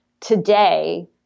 today